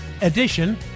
edition